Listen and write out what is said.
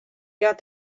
got